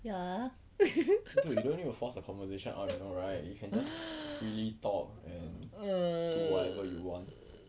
dude you don't need to force a conversation I don't know right you can just freely talk and do whatever you want